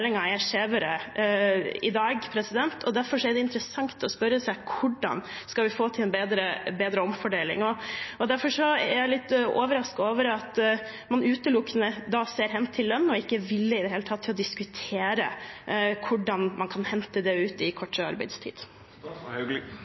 interessant å spørre seg hvordan vi skal få til en bedre omfordeling. Derfor er jeg litt overrasket over at man utelukkende ser hen til lønn, og ikke i det hele tatt er villig til å diskutere hvordan man kan hente det ut i kortere arbeidstid.